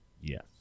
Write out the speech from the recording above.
Yes